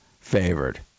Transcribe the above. favored